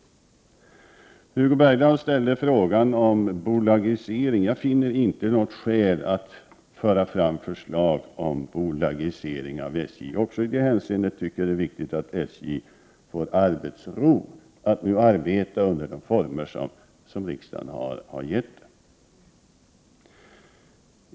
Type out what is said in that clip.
Hugo Bergdahl frågade om bolagiseringen av SJ. Jag finner inte något skäl att föra fram förslag om bolagisering av SJ. Också i detta hänseende tycker jag att det är viktigt att SJ får arbetsro och får arbeta under de former som riksdagen har fattat beslut om.